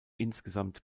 insgesamt